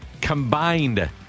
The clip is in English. combined